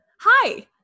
Hi